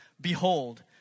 Behold